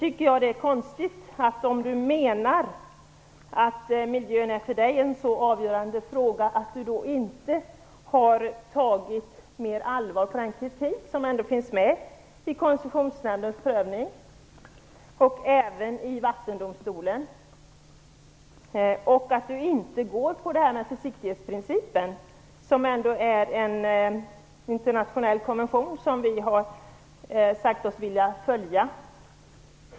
Om Bo Nilsson menar att miljön för honom är en så avgörande fråga, tycker jag att det är konstigt att han inte tagit mer allvarligt på den kritik som ändå finns med i Koncessionsnämndens prövning och även i Vattendomstolens dom. Det är också märkligt att Bo Nilsson inte går på försiktighetsprincipen, som ändå är en internationell konvention som vi har sagt oss vilja följa.